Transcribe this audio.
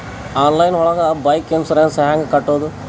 Online ಒಳಗೆ bike insurance ಹ್ಯಾಂಗ್ ಕಟ್ಟುದು?